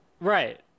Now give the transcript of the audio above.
Right